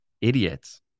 idiots